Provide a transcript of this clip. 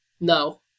no